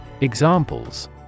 Examples